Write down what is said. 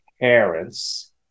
parents